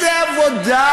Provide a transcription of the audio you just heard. פיליבסטר?